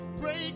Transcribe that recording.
break